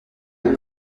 même